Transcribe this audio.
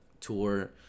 tour